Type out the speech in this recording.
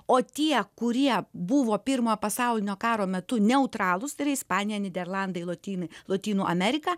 o tie kurie buvo pirmojo pasaulinio karo metu neutralūs tai yra ispanija nyderlandai lotynai lotynų amerika